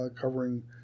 covering